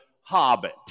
hobbit